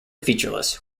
featureless